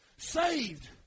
Saved